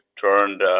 turned